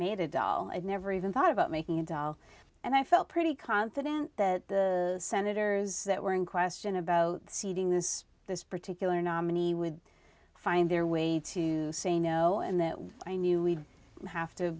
made a doll i'd never even thought about making a doll and i felt pretty confident that the senators that were in question about seating this this particular nominee would find their way to say no and that i knew we'd have to